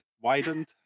widened